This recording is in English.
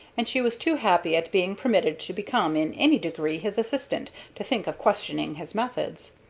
and she was too happy at being permitted to become in any degree his assistant to think of questioning his methods.